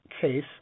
case